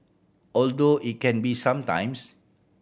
although it can be some times